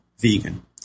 vegan